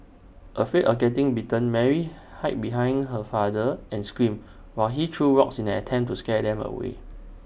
afraid of getting bitten Mary hid behind her father and screamed while he threw rocks in an attempt to scare them away